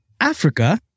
Africa